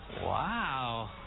Wow